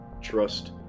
trust